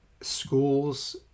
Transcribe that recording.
schools